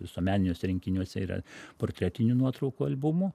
visuomeniniuose rinkiniuose yra portretinių nuotraukų albumų